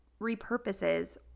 repurposes